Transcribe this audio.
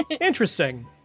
Interesting